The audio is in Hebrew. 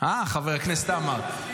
חבר הכנסת עמאר?